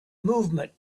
movement